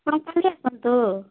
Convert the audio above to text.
ଆପଣ କାଲି ଆସନ୍ତୁ